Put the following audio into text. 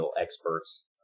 experts